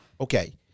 Okay